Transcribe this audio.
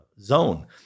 zone